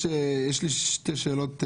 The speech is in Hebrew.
יש לי שתי שאלות.